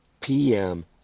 PM